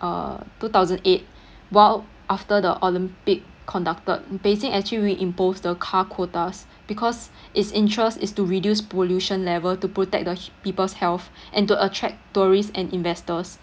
uh two thousand eight while after the olympic conducted beijing actually re-imposed the car quotas because its interest is to reduce pollution level to protect the h~ people's health and to attract tourists and investors